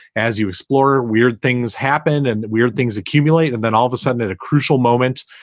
as you explore, weird things happen and weird things accumulate. and then all of a sudden, at a crucial moment,